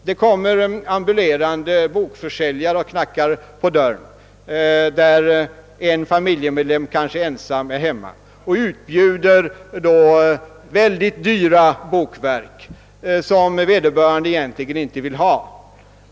Det kommer en ambulerande bokförsäljare och knackar på dörren, när en familjemedlem kanske är ensam hemma, och utbjuder ett mycket dyrt bokverk, som vederbörande egentligen inte vill ha.